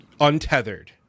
untethered